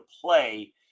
play